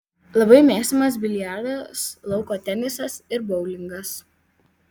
labai mėgstamas biliardas lauko tenisas ir boulingas